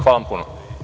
Hvala vam puno.